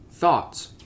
Thoughts